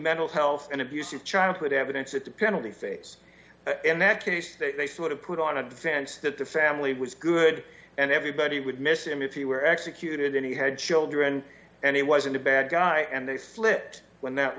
mental health and abusive childhood evidence at the penalty phase in that case they would have put on a defense that the family was good and everybody would miss him if he were executed and he had children and he wasn't a bad guy and they slipped when that